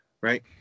right